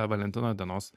valentino dienos